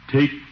Take